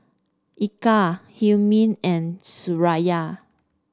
Eka Hilmi and Suraya